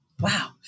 Wow